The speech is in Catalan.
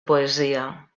poesia